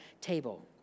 table